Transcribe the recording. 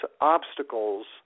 obstacles